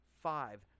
five